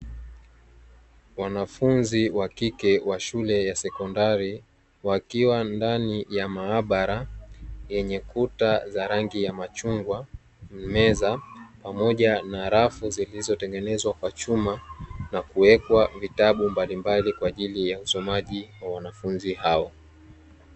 Wanafunzi wa kike wa shule ya sekondari wakiwa ndani ya maabara yenye kuta za rangi ya machungwa, meza pamoja na rafu zilizotengenezwa kwa chuma na kuwekwa vitabu mbalimbali kwa ajili ya usomaji wa wanafunzi hao.